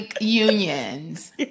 unions